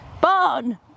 Barn